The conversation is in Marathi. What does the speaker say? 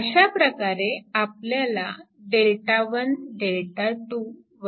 अशाप्रकारे आपल्याला Δ1 Δ2